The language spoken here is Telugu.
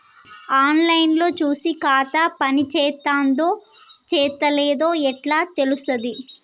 ఆన్ లైన్ లో చూసి ఖాతా పనిచేత్తందో చేత్తలేదో ఎట్లా తెలుత్తది?